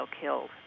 killed